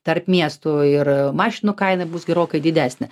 tarp miestų ir mašinų kaina bus gerokai didesnė